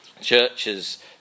churches